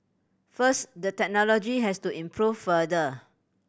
first the technology has to improve further